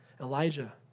Elijah